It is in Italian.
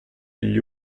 gli